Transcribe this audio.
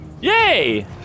Yay